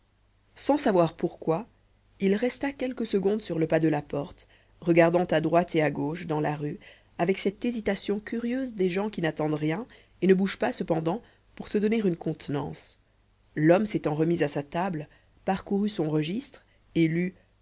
sans savoir pourquoi il resta quelques secondes sur le pas de la porte regardant à droite et à gauche dans la rue avec cette hésitation curieuse des gens qui n'attendent rien et ne bougent pas cependant pour se donner une contenance l'homme s'étant remis à sa table parcourut son registre et